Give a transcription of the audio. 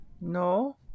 no